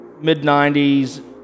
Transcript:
mid-90s